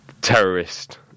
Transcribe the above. terrorist